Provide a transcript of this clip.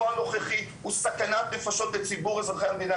הנוכחי הוא סכנת נפשות לציבור אזרחי המדינה,